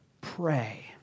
pray